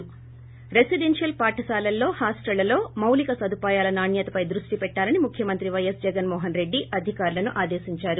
శి రెసిడెన్షియల్ పాఠశాలల్లో హాస్టళ్ళలో మాలిక సదుపాయాల నాణ్యతపై దృష్టి పెట్టాలని ముఖ్యమంత్రి వైఎస్ జగస్ మోహన్ రెడ్లి అధికారులను ఆదేశించారు